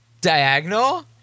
diagonal